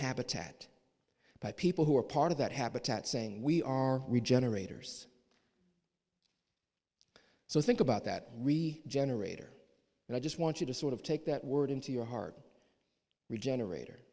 habitat by people who are part of that habitat saying we are regenerators so think about that we generator and i just want you to sort of take that word into your heart regenerator